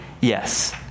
Yes